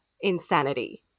insanity